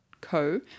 .co